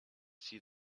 see